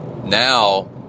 Now